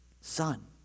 Son